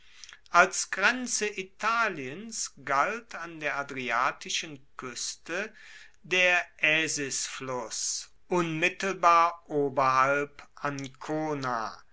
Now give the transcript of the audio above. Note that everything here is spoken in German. als grenze italiens galt an der adriatischen kueste der aesisfluss unmittelbar oberhalb ancona